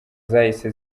zahise